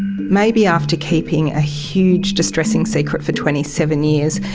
maybe after keeping a huge distressing secret for twenty seven years